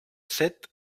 sept